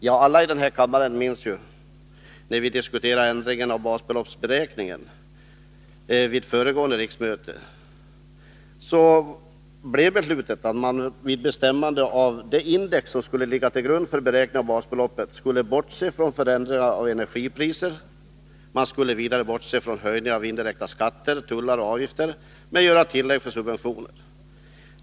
Ja, alla i denna kammare vet ju att när vi diskuterade ändringen av basbeloppsberäkningen vid föregående riksmöte blev beslutet att man vid bestämmandet av det index som skulle ligga till grund för beräkning av basbeloppet skulle bortse från förändringar av energipriser. Man skulle vidare bortse från höjningar av indirekta skatter, tullar och avgifter men göra tillägg för subventioner.